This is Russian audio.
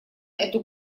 эту